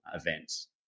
events